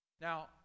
Now